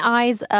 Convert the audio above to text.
eyes